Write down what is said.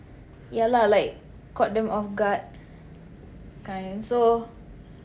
ya lah like caught them off guard kind so